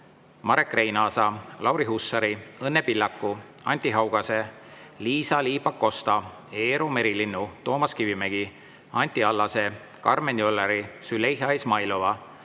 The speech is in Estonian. Marek Reinaasa, Lauri Hussari, Õnne Pillaku, Anti Haugase, Liisa-Ly Pakosta, Eero Merilinnu, Toomas Kivimägi, Anti Allase, Karmen Jolleri, Züleyxa Izmailova,